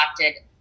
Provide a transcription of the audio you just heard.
adopted